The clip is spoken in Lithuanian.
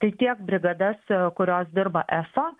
tai tiek brigadas kurios dirba eso